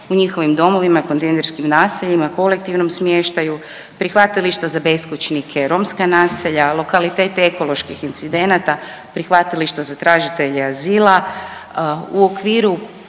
u njihovim domovima, kontejnerskim naseljima, kolektivnom smještaju, prihvatilišta za beskućnike, romska naselja, lokalitete ekoloških incidenata, prihvatilišta za tražitelje azila. U okviru